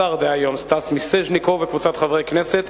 השר דהיום סטס מיסז'ניקוב וקבוצת חברי הכנסת,